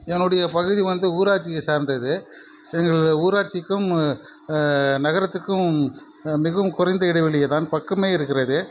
என்னுடைய பகுதி வந்து ஊராட்சியை சார்ந்தது எங்களது ஊராட்சிக்கும் நகரத்துக்கும் மிகவும் குறைந்த இடைவெளியே தான் பக்கமே இருக்கிறது